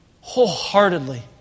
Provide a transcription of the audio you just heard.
wholeheartedly